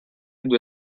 due